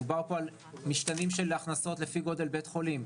דובר פה על משתנים של הכנסות לפי גודל בית חולים,